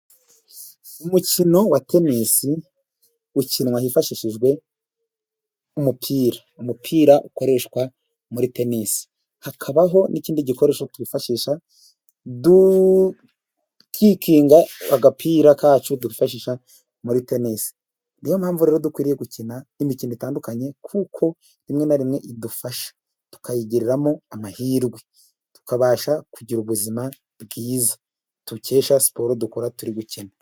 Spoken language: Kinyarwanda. Umukino wa tenisi ukinwa hifashishijwe nk'umupira. Umupira ukoreshwa muri tenisi, hakabaho n'ikindi gikoresho twifashisha dukikinga agapira kacu twifashisha muri tenisi niyo mpamvu rero dukwiriye gukina n'imikino itandukanye kuko rimwe na rimwe idufasha tukayigiriramo amahirwe tukabasha kugira ubuzima bwiza dukesha siporo dukora turi gukina.